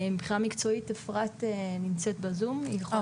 מבחינה מקצועית אפרת נמצאת בזום והיא יכולה לתת לכם את הנתונים.